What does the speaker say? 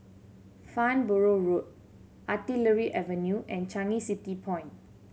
Farnborough Road Artillery Avenue and Changi City Point